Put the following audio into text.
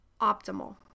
optimal